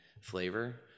flavor